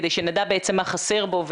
כדי שנדע מה חסר בו.